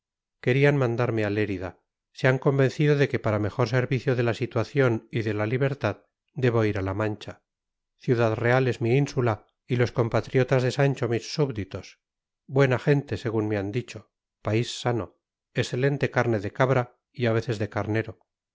querían mandarme a lérida se han convencido de que para mejor servicio de la situación y de la libertad debo ir a la mancha ciudad real es mi ínsula y los compatriotas de sancho mis súbditos buena gente según me han dicho país sano excelente carne de cabra y a veces de carnero